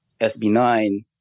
SB9